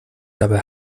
dabei